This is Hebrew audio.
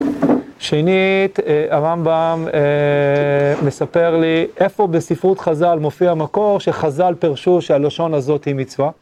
שנית, הרמבם מספר לי איפה בספרות חז"ל מופיע מקור שחז"ל פרשו שהלשון הזאת היא מצווה?